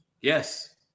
Yes